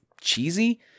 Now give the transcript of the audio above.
cheesy